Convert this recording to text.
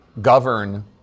govern